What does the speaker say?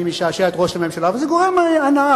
משעשע את ראש הממשלה וזה גורם הנאה,